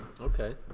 Okay